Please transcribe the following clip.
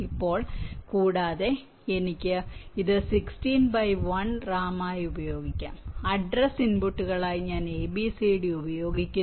ഇപ്പോൾ കൂടാതെ എനിക്ക് ഇത് 16 ബൈ 1 റാം ആയി ഉപയോഗിക്കാം അഡ്രസ് ഇൻപുട്ടുകളായി ഞാൻ എ ബി സി ഡി ഉപയോഗിക്കുന്നു